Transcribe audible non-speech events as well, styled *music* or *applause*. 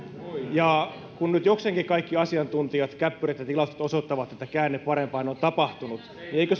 kun nyt jokseenkin kaikki asiantuntijat käppyrät ja tilastot osoittavat että käänne parempaan on tapahtunut niin eikö *unintelligible*